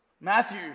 Matthew